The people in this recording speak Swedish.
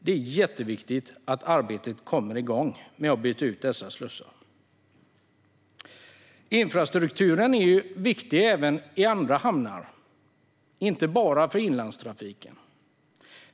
Det är jätteviktigt att arbetet kommer igång med att byta ut dessa slussar. Infrastrukturen är viktig även i andra hamnar och inte bara för inlandstrafiken.